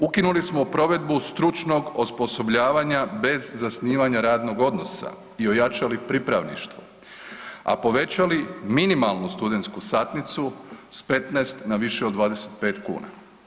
Ukinuli smo provedbu stručnog osposobljavanja bez zasnivanja radnog odnosa i ojačali pripravništvo, a povećali minimalnu studentsku satnicu s 15 na više od 25 kuna.